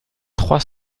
trois